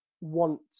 want